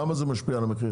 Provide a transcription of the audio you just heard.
למה זה משפיע על המחיר?